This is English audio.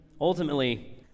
ultimately